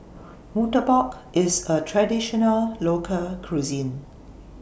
Murtabak IS A Traditional Local Cuisine